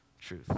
truth